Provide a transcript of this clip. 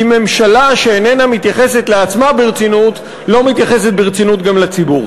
כי ממשלה שאיננה מתייחסת לעצמה ברצינות לא מתייחסת ברצינות גם לציבור.